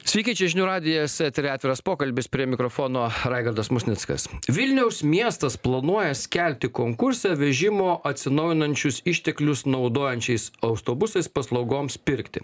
sveiki čia žinių radijas eteryje atviras pokalbis prie mikrofono raigardas musnickas vilniaus miestas planuoja skelbti konkursą vežimo atsinaujinančius išteklius naudojančiais autobusais paslaugoms pirkti